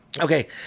okay